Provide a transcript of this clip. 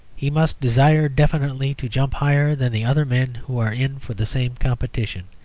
he must desire definitely to jump higher than the other men who are in for the same competition.